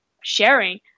sharing